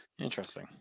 Interesting